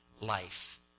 life